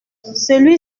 celui